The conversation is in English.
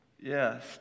Yes